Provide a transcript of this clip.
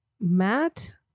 matt